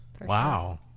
wow